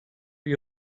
bir